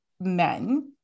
men